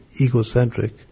egocentric